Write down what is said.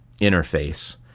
interface